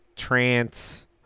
Trance